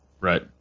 Right